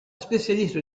spécialiste